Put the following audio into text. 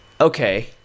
okay